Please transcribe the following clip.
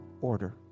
order